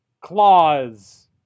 claws